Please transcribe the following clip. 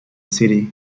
city